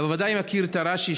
אתה בוודאי מכיר את רש"י,